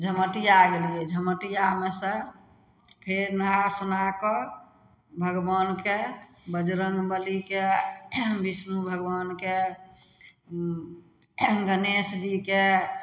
झमटिया गेलियै झमटियामे सँ फेर नहाए सोनाए कऽ भगवानके बजरंग बलीके विष्णु भगवानके गणेश जीके